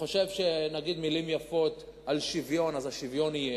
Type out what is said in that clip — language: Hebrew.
וחושב שאם נגיד מלים יפות על שוויון אז יהיה שוויון,